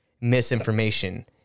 misinformation